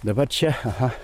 dabar čia aha